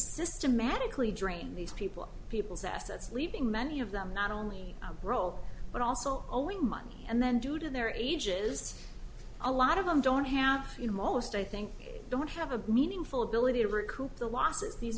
systematically draining these people people's assets leaving many of them not only roll but also only money and then due to their ages a lot of them don't have it most i think don't have a meaningful ability to recoup the losses these